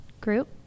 Group